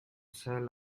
sell